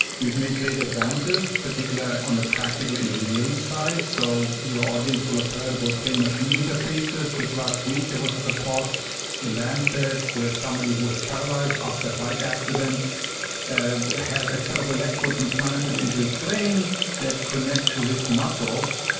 we've made great advances, particularly on the practical engineering side, so your audience will have heard about brain-machine interfaces. just last week there was a report in the lancet where somebody who was paralysed after bike accident and has a set of electrodes implanted into his brain that connect to his muscles,